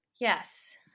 Yes